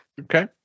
Okay